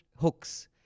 hooks